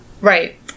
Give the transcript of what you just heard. Right